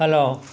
hello